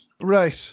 Right